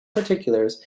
particulars